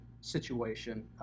situation